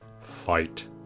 fight